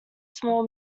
small